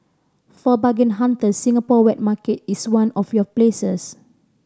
for bargain hunters Singapore wet market is one of your places